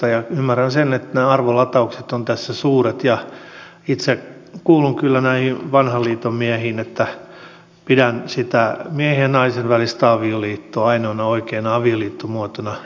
ymmärrän sen että nämä arvolataukset ovat tässä suuret ja itse kuulun kyllä näihin vanhan liiton miehiin pidän sitä miehen ja naisen välistä avioliittoa ainoana oikeana avioliittomuotona